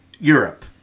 europe